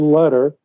letter